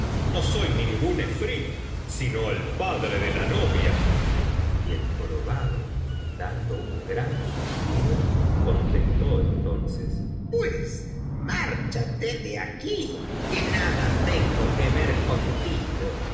no soy ningún efrit sino el padre de la novia y el jorobado dando un gran suspiro contestó entonces pues márchate de aquí que nada tengo que ver contigo